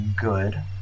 good